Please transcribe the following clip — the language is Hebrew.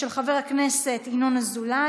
מס' 522, של חבר הכנסת ינון אזולאי.